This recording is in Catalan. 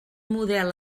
model